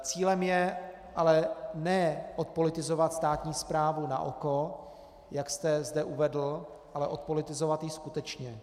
Cílem je ale ne odpolitizovat státní správu naoko, jak jste zde uvedl, ale odpolitizovat ji skutečně.